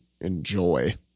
enjoy